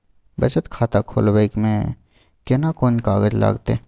बचत खाता खोलबै में केना कोन कागज लागतै?